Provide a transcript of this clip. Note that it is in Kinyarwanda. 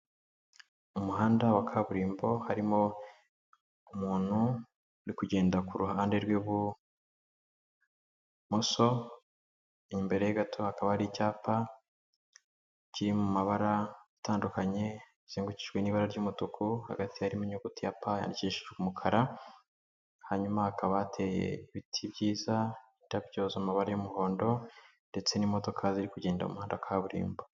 Mu muhanda wa kaburimbo harimo umuntu uri kugenda ku ruhande rw'ibumoso, imbere ye gato hakaba ari icyapa kiri mu mabara atandukanye, kizengurukijwe n'itara ry'umutuku, hagati harimo inyuguti ya P yandikishijwe umukara, hanyuma hakaba hateye ibiti byiza, indabyo ziri mu mabara y'umuhondo ndetse n'imodoka ziri kugenda mu muhanda wa kaburimbo.